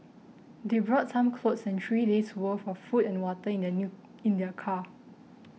they brought some clothes and three days' worth of food and water in their new in their car